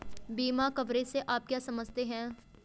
बीमा कवरेज से आप क्या समझते हैं?